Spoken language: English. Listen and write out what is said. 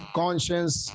conscience